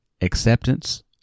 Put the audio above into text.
acceptance